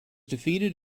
defeated